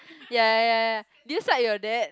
ya ya ya ya did you side your dad